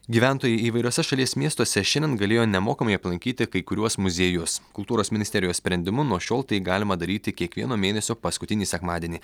gyventojai įvairiuose šalies miestuose šiandien galėjo nemokamai aplankyti kai kuriuos muziejus kultūros ministerijos sprendimu nuo šiol tai galima daryti kiekvieno mėnesio paskutinį sekmadienį